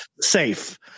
safe